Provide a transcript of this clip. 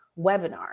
webinar